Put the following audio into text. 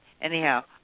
Anyhow